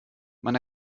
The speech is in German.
man